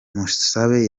mushabe